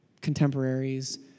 contemporaries